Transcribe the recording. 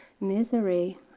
misery